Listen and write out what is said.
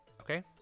Okay